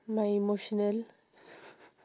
my emotional